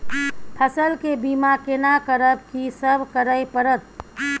फसल के बीमा केना करब, की सब करय परत?